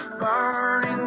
burning